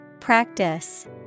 Practice